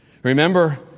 Remember